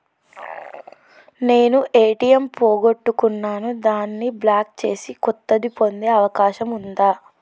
నేను ఏ.టి.ఎం పోగొట్టుకున్నాను దాన్ని బ్లాక్ చేసి కొత్తది పొందే అవకాశం ఉందా?